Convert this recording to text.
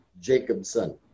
Jacobson